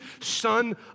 son